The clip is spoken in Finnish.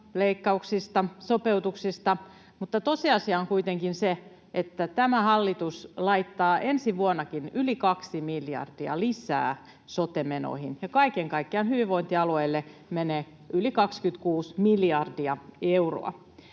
leikkauksista ja sopeutuksista, mutta tosiasia on kuitenkin se, että tämä hallitus laittaa ensi vuonnakin yli kaksi miljardia lisää sote-menoihin ja kaiken kaikkiaan hyvinvointialueille menee yli 26 miljardia euroa.